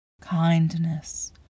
Kindness